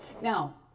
Now